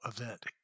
event